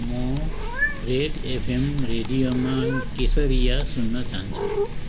म Red FM रेडियोमा केसरिया सुन्न चाहन्छु